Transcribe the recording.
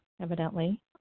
evidently